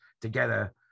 together